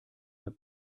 that